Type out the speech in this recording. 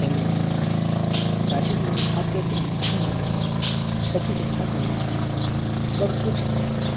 hello Rashid مامو آپ کیسے ہیں الحمداللہ سب کچھ اچھا چل رہا ہے بس کچھ